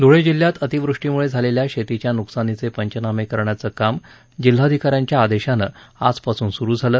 धुळे जिल्ह्यात अतिवृष्टीमुळे झालेल्या शेतीच्या नुकसानीचे पंचनामे करण्याचं काम जिल्हाधिका यांच्या आदेशानं आजपासून सुरु झालं